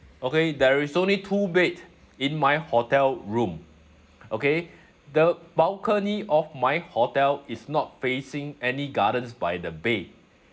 okay there is only two bed in my hotel room okay the balcony of my hotel is not facing any gardens by the bay